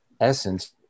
essence